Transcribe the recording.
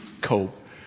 cope